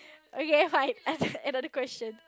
okay fine answer another question